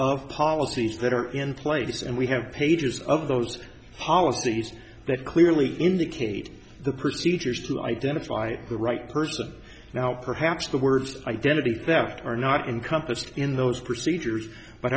of policies that are in place and we have pages of those policies that clearly indicate the procedures to identify the right person now perhaps the words identity theft are not encompass in those procedures but